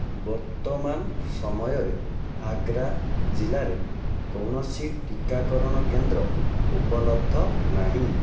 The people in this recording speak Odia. ବର୍ତ୍ତମାନ ସମୟରେ ଆଗ୍ରା ଜିଲ୍ଲାରେ କୌଣସି ଟିକାକରଣ କେନ୍ଦ୍ର ଉପଲବ୍ଧ ନାହିଁ